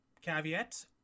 caveat